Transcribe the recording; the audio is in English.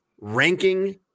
ranking